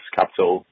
capital